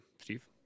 Steve